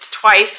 twice